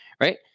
right